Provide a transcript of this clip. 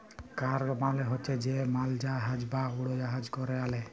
cargo মালে হছে যে মালজাহাজ বা উড়জাহাজে ক্যরে আলে